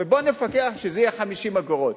בוא נפקח שזה יהיה 50 אגורות.